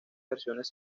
versiones